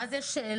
ואז יש שאלות,